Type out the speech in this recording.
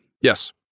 Yes